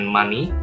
money